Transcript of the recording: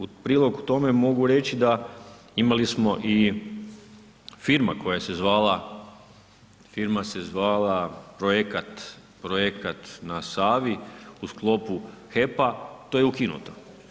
U prilog tome mogu reći da, imali smo i firma koja se zvala, firma se zvala Projekat na Savi u sklopu HEP-a, to je ukinuto.